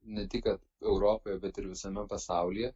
ne tik kad europoje bet ir visame pasaulyje